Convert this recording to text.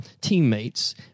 teammates